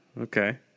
Okay